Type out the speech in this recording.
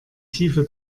tiefe